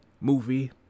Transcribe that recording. movie